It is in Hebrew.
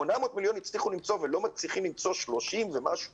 800 מיליון הצליחו למצוא ולא מצליחים למצוא 30 ומשהו